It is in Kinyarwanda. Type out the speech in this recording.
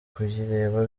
kuyireba